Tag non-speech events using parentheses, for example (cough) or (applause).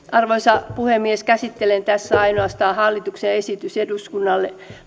(unintelligible) arvoisa puhemies käsittelen tässä ainoastaan hallituksen esitystä eduskunnalle